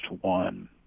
one